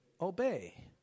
Obey